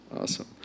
Awesome